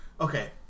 Okay